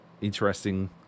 interesting